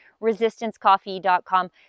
resistancecoffee.com